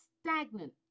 stagnant